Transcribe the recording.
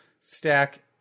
stack